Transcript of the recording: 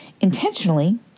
intentionally